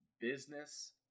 Business